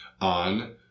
on